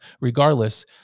Regardless